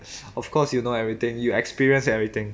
of course you know everything you experience everything